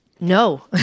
No